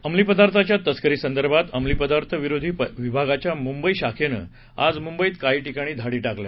अंमली पदार्थांच्या तस्करीसंदर्भात अमली पदार्थ विरोधी विभागाच्या मुंबई शाखेनं आज मुंबईत काही ठिकाणी धाडी टाकल्या